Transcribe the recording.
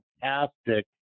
fantastic